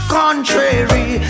contrary